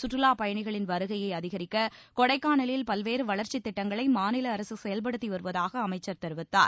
சுற்றுலாப் பயணிகளின் வருகையை அதிகரிக்க கொடைக்கானலில் பல்வேறு வளர்ச்சி திட்டங்களை மாநில அரசு செயல்படுத்தி வருவதாக அமைச்சர் தெரிவித்தார்